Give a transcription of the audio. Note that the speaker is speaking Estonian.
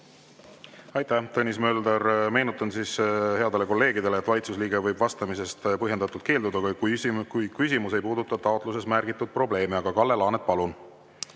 Aitäh, Tõnis Mölder! Meenutan headele kolleegidele, et valitsuse liige võib vastamisest põhjendatult keelduda, kui küsimus ei puuduta taotluses märgitud probleemi. Aga, Kalle Laanet, palun!